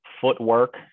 footwork